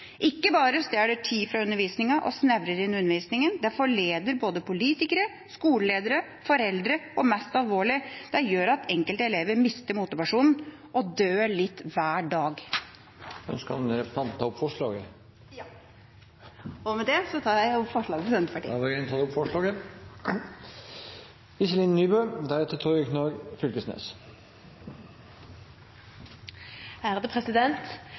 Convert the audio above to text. Ikke bare stjeler det tid fra undervisninga og snevrer inn undervisninga, det forleder både politikere, skoleledere og foreldre, og mest alvorlig: Det gjør at enkelte elever mister motivasjonen og «dør» litt hver dag. Ønsker representanten å ta opp forslagene? Ja. Med det tar jeg opp forslagene nr. 2–5 på vegne av Senterpartiet og SV. Representanten Anne Tingelstad Wøien har tatt opp